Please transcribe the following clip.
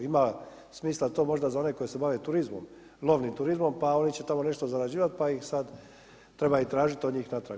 Ima smisla to možda za one koji se bave turizmom, lovnim turizmom, pa oni će tamo nešto zarađivati pa ih sad, treba i tražiti od njih natrag.